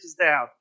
down